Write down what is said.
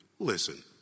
listen